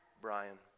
Brian